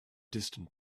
distant